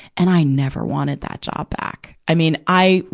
and i never wanted that job back. i mean, i,